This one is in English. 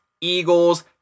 Eagles